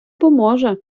поможе